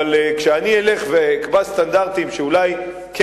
אבל כשאני אלך ואקבע סטנדרטים שאולי כן